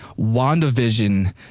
WandaVision